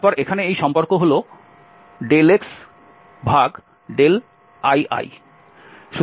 তারপর এখানে এই সম্পর্ক হল xili